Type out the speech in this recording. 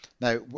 Now